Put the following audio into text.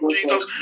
Jesus